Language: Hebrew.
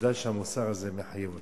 וודאי שהמוסר הזה מחייב אותנו.